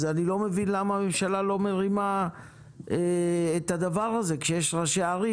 אז אני לא מבין למה הממשלה לא מרימה את הדבר הזה כשיש ראשי ערים